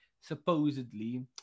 supposedly